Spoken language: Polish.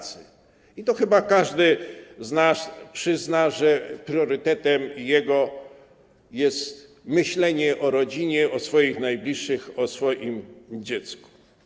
Chyba każdy z nas przyzna, że jego priorytetem jest myślenie o rodzinie, o swoich najbliższych, o swoim dziecku.